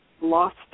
lost